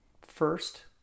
first